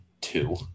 two